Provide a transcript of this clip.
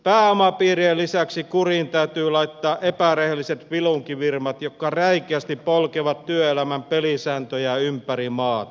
pääomapiirien lisäksi kuriin täytyy laittaa epärehelliset vilunkifirmat jotka räikeästi polkevat työelämän pelisääntöjä ympäri maata